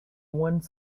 one